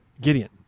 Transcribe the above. Gideon